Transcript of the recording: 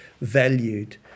valued